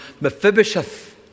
Mephibosheth